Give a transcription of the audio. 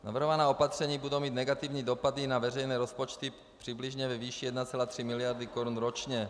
Navrhovaná opatření budou mít negativní dopad i na veřejné rozpočty přibližně ve výši 1,3 mld. korun ročně.